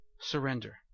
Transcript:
surrender